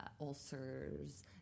ulcers